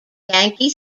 yankee